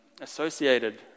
associated